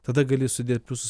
tada gali sudėt pliusus